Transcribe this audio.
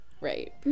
Right